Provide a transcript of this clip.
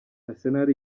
arsenal